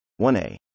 1A